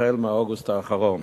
מאוגוסט האחרון.